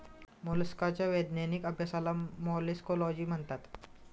मोलस्काच्या वैज्ञानिक अभ्यासाला मोलॅस्कोलॉजी म्हणतात